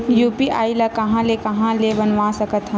UPI ल कहां ले कहां ले बनवा सकत हन?